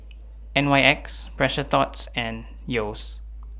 N Y X Precious Thots and Yeo's